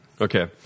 Okay